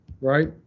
right